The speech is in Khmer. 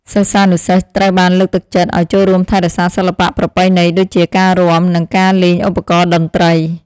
សិស្សានុសិស្សត្រូវបានលើកទឹកចិត្តឱ្យចូលរួមថែរក្សាសិល្បៈប្រពៃណីដូចជាការរាំនិងការលេងឧបករណ៍តន្ត្រី។